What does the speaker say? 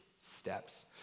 steps